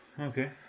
Okay